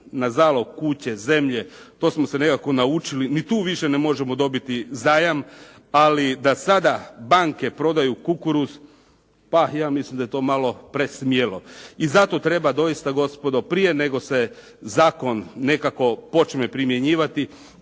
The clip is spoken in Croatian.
na zalog kuće, zemlje, to smo se nekako naučili. Ni tu više ne možemo dobiti zajam ali da sada banke prodaju kukuruz pa ja mislim da je to malo presmjelo. I zato treba doista gospodo prije nego se zakon nekako počne primjenjivati,